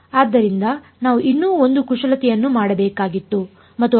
ಆದ್ದರಿಂದ ನಾವು ಇನ್ನೂ ಒಂದು ಕುಶಲತೆಯನ್ನು ಮಾಡಬೇಕಾಗಿತ್ತು ಮತ್ತು ಅದು